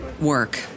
work